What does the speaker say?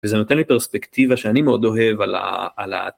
וזה נותן לי פרספקטיבה שאני מאוד אוהב על ה.. על ה..